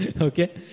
Okay